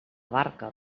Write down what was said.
barca